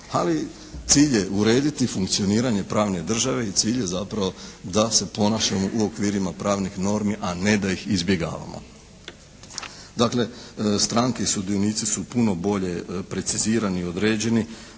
Ali cilj je urediti funkcioniranje pravne države i cilj je zapravo da se ponašamo u okvirima pravnih normi, a ne da ih izbjegavamo. Dakle stranke, sudionici su puno bolje precizirani i određeni.